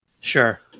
sure